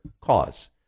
cause